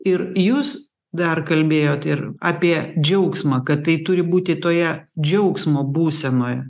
ir jūs dar kalbėjot ir apie džiaugsmą kad tai turi būti toje džiaugsmo būsenoje